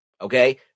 okay